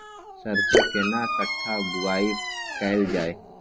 सरसो केना कट्ठा बुआई कैल जाय?